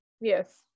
Yes